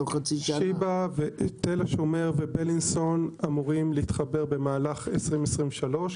תל השומר ובלינסון אמורים להתחבר במהלך 2023,